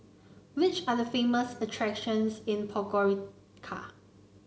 which are the famous attractions in Podgorica